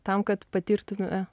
tam kad patirtume